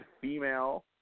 female